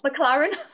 McLaren